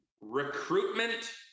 recruitment